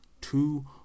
Two